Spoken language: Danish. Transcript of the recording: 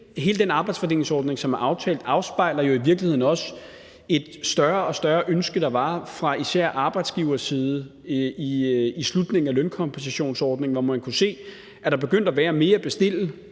Hele den arbejdsfordelingsordning, der er aftalt, afspejler i virkeligheden også det større og større ønske, der var fra især arbejdsgiversiden i slutningen af lønkompensationsordningen, hvor man kunne se, at der var begyndt at være mere at bestille